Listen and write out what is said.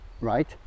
right